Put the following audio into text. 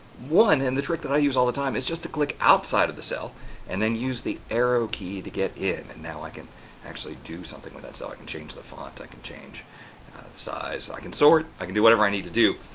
one and the trick that i use all the time is just to click outside of the cell and then use the arrow key to get in. and now i can actually do something with that cell. i can change the font, i can change the size, i can sort, i can do whatever i need to do.